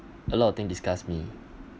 a lot of thing disgust me